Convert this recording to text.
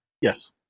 Yes